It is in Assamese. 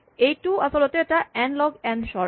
এইটো আচলতে এটা এন লগ এন চৰ্ট